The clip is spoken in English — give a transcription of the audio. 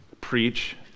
preach